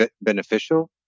beneficial